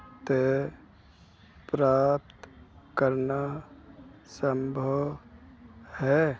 'ਤੇ ਪ੍ਰਾਪਤ ਕਰਨਾ ਸੰਭਵ ਹੈ